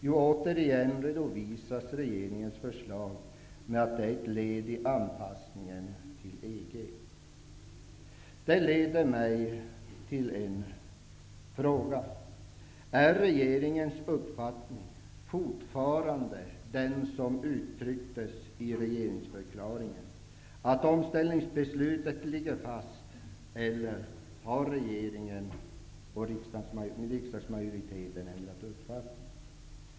Jo, återigen motiveras regeringens förslag med att det är ett led i anpassningen till EG. Detta leder mig till en fråga: Är regeringens uppfattning fortfarande den som uttrycktes i regeringsförklaringen, dvs. att omställningsbeslutet ligger fast, eller har regeringen och riksdagsmajoriteten ändrat uppfattning?